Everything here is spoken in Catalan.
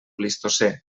plistocè